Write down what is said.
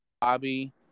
Bobby